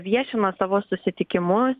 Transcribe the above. viešina savo susitikimus